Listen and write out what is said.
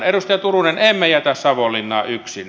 edustaja turunen emme jätä savonlinnaa yksin